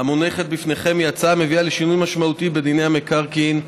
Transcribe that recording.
המונחת בפניכם היא הצעה המביאה לשינוי משמעותי בדיני המקרקעין,